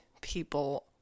people